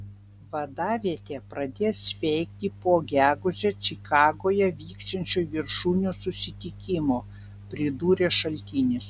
vadavietė pradės veikti po gegužę čikagoje vyksiančio viršūnių susitikimo pridūrė šaltinis